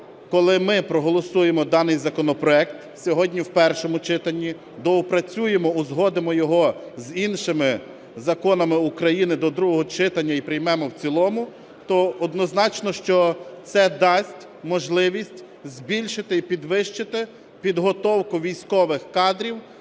коли ми проголосуємо даний законопроект сьогодні в першому читанні, доопрацюємо, узгодимо його з іншими законами України до другого читання і приймемо в цілому, то однозначно, що це дасть можливість збільшити і підвищити підготовку військових кадрів